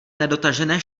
nedotažené